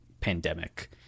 pandemic